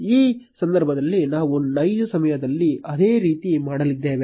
ಈ ಸಂದರ್ಭದಲ್ಲಿ ನಾವು ನೈಜ ಸಮಯದಲ್ಲಿ ಅದೇ ರೀತಿ ಮಾಡಲಿದ್ದೇವೆ